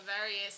various